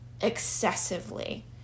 excessively